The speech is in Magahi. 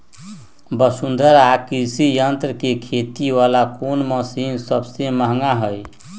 वसुंधरा कृषि यंत्र के खेती वाला कोन मशीन सबसे महंगा हई?